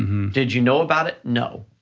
did you know about it? no.